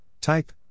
type